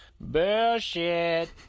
Bullshit